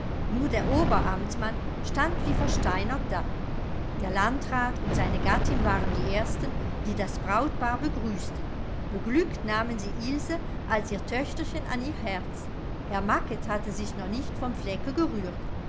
nur der oberamtmann stand wie versteinert da der landrat und seine gattin waren die ersten die das brautpaar begrüßten beglückt nahmen sie ilse als ihr töchterchen an ihr herz herr macket hatte sich noch nicht vom flecke gerührt